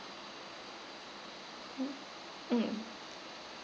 mm